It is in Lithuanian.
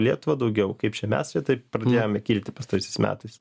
lietuvą daugiau kaip čia mes taip pradėjome kilti pastaraisiais metais